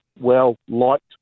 well-liked